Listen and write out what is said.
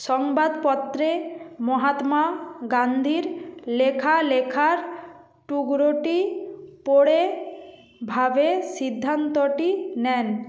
সংবাদপত্রে মহাত্মা গান্ধীর লেখা লেখার টুকরোটি পড়ে ভেবে সিদ্ধান্তটি নেন